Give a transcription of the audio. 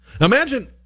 Imagine